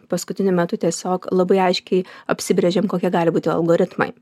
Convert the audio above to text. paskutiniu metu tiesiog labai aiškiai apsibrėžėm kokie gali būti algoritmai